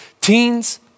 teens